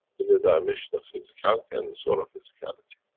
in the dimension of physicality and the soul of physicality.